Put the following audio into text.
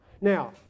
Now